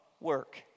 work